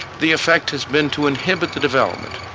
the effect has been to inhibit the development,